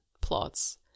plots